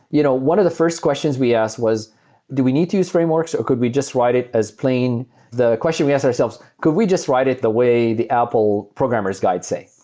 you know one of the first questions we asked was do we need to use frameworks or could be just write it as plain the question we asked ourselves, could we just write it the way the apple programmers guide say?